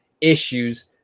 issues